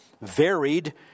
varied